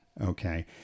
Okay